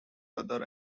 other